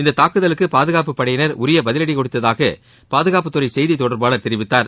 இந்தத் தாக்குதலுக்கு பாதுகாப்புப் படையினர் உரிய பதிலடி கொடுத்ததாக பாதுகாப்புத்துறை செய்தித் தொடர்பாளர் தெரிவித்தார்